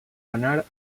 anar